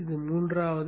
இது மூன்றாவது